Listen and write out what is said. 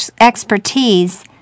expertise